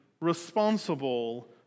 responsible